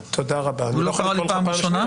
הוא לא קרא לי פעם ראשונה?